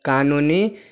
कानूनी